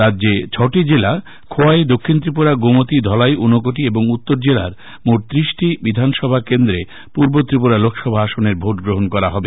রাজ্যে ছয়টি জেলা খোয়াই দক্ষিন ত্রিপুরা গোমতি ধলাই ঊনকোটি ও উত্তরজেলার মোট ত্রিশটি বিধানসভা কেন্দ্রে পূর্ব ত্রিপুরা লোকসভা আসনের ভোট গ্রহণ করা হবে